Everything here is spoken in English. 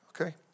Okay